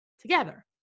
together